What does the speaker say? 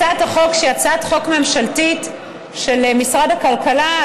הצעת החוק היא הצעת חוק ממשלתית של משרד הכלכלה,